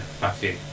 Matthew